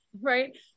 right